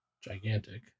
gigantic